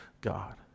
God